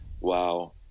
Wow